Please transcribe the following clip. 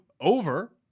over